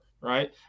right